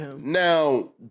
Now